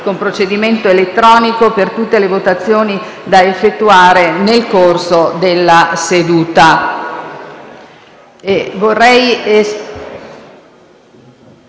con procedimento elettronico per tutte le votazioni da effettuare nel corso della seduta.